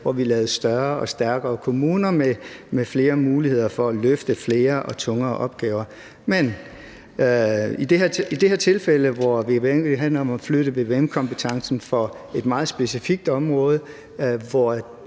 hvor vi lavede større og stærkere kommuner med flere muligheder for at løfte flere og tungere opgaver, men i det her tilfælde, hvor det handler om at flytte vvm-kompetencen på et meget specifikt område, hvor